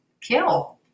kill